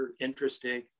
interesting